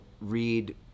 read